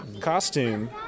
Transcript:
Costume